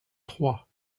trois